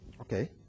Okay